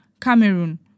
Cameroon